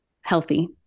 healthy